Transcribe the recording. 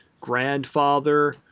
grandfather